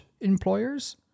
employers